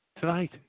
tonight